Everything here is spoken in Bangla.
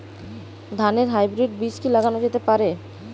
ধানের হাইব্রীড বীজ কি লাগানো যেতে পারে?